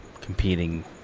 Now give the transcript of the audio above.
competing